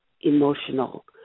emotional